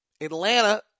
Atlanta